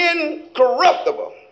incorruptible